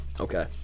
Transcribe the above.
Okay